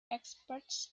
experts